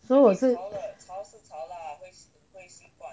so 我是